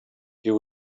you